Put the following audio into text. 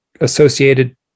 associated